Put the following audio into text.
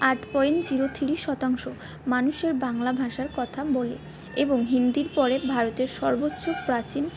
আট point zero three শতাংশ মানুষের বাংলা ভাষায় কথা বলে এবং হিন্দির পরে ভারতের সর্বোচ্চ প্রাচীন